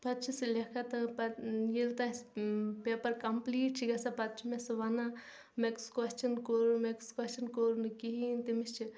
پَتہٕ چھِ سُہ لٮ۪کھان تہٕ پَتہٕ ییٚلہِ تہٕ اَسہِ پیپَر کَمپٕلیٖٹ چھِ گَژھان پَتہٕ چھِ مےٚ سُہ وَنان مےٚ کُس کۄچھَن کوٚر مےٚ کُس کۄچھَن کوٚر نہٕ کِہیٖنۍ تٔمِس چھِ